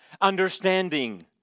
understanding